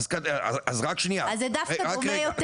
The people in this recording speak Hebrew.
אז זה דווקא דומה.